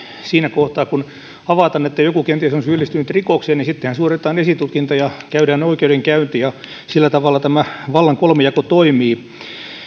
siinä kohtaa kun havaitaan että joku kenties on syyllistynyt rikokseen sittenhän suoritetaan esitutkinta ja käydään oikeudenkäynti ja sillä tavalla tämä vallan kolmijako toimii